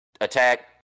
attack